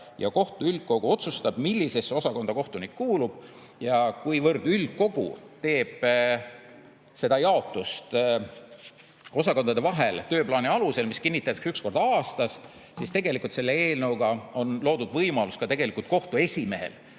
ja kohtu üldkogu otsustab, millisesse osakonda kohtunik kuulub. Ja kuivõrd üldkogu teeb seda jaotust osakondade vahel tööplaani alusel, mis kinnitatakse üks kord aastas, siis tegelikult selle eelnõuga on loodud võimalus kohtu esimehel